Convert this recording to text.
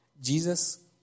Jesus